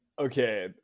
Okay